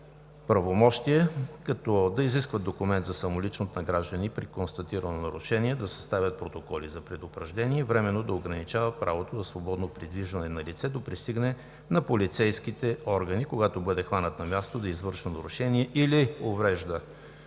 правомощия като: 1. Да изискват документ за самоличност на граждани при констатирано нарушение; 2. Да съставят протоколи за предупреждение; 3. Временно да ограничават правото за свободно придвижване на лице до пристигане на полицейските органи, когато бъде хванат на място да извършва нарушение или уврежда